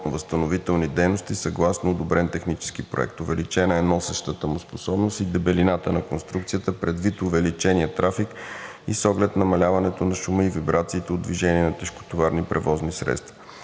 ремонтно-възстановителни дейности съгласно одобрен технически проект. Увеличена е носещата му способност и дебелината на конструкцията предвид увеличения трафик и с оглед намаляването на шума и вибрациите от движението на тежкотоварни превозни средства.